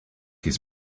his